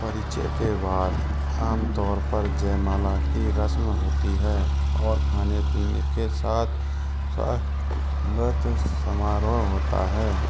परिचय के बाद आमतौर पर जयमाला की रस्म होती है और खाने पीने के साथ स्वा गत समारोह होता है